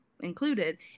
included